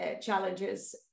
challenges